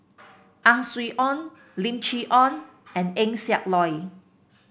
Ang Swee Aun Lim Chee Onn and Eng Siak Loy